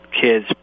kids